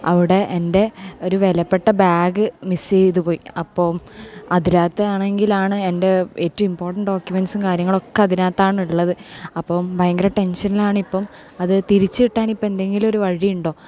അവിടെ എൻ്റെ ഒരു വിലപ്പെട്ട ബാഗ് മിസ്സ് ചെയ്ത് പോയി അപ്പം അതിനകത്ത് ആണെങ്കിൽ ആണ് എൻ്റെ ഏറ്റവും ഇമ്പോർട്ടൻറ്റ് ഡോക്യൂമെൻറ്റ്സും കാര്യങ്ങളുമൊക്കെ അതിനകത്ത് ആണ് ഉള്ളത് അപ്പം ഭയങ്കര ടെൻഷനിലാണ് ഇപ്പം അത് തിരിച്ച് കിട്ടാൻ ഇപ്പം എന്തെങ്കിലുമൊരു വഴിയുണ്ടോ